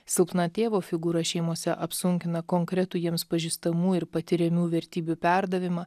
silpna tėvo figūra šeimose apsunkina konkretų jiems pažįstamų ir patiriamų vertybių perdavimą